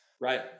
Right